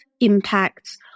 impacts